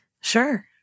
Sure